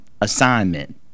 Assignment